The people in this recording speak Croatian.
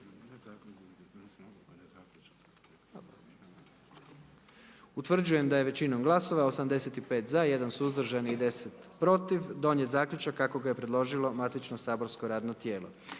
Utvrđujem da je većinom glasova, 76 za, 10 suzdržanih i 9 protiv donijet zaključak kako su je predložilo matično saborsko radno tijelo.